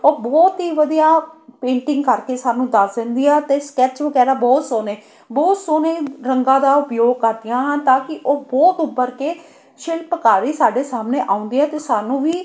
ਉਹ ਬਹੁਤ ਹੀ ਵਧੀਆ ਪੇਟਿੰਗ ਕਰਕੇ ਸਾਨੂੰ ਦੱਸ ਦਿੰਦੀ ਆ ਅਤੇ ਸਕੈਚ ਵਗੈਰਾ ਬਹੁਤ ਸੋਹਣੇ ਬਹੁਤ ਸੋਹਣੇ ਰੰਗਾਂ ਦਾ ਉਪਯੋਗ ਕਰਦੀਆਂ ਹਨ ਤਾਂ ਕਿ ਉਹ ਬਹੁਤ ਉੱਭਰ ਕੇ ਸ਼ਿਲਪਕਾਰੀ ਸਾਡੇ ਸਾਹਮਣੇ ਆਉਂਦੀ ਹੈ ਅਤੇ ਸਾਨੂੰ ਵੀ